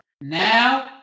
Now